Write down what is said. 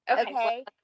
Okay